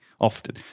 often